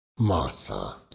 Martha